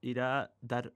yra dar